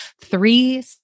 three